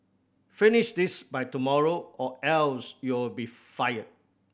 finish this by tomorrow or else you'll be fired